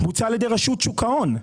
בוצע על ידי רשות שוק ההון.